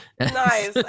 nice